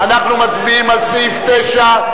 אנחנו מצביעים על סעיף 9,